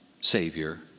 Savior